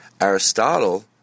Aristotle